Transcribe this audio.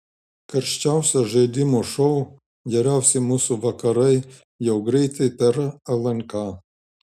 karščiausias žaidimų šou geriausi mūsų vakarai jau greitai per lnk